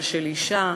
אבל של אישה,